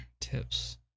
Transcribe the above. tips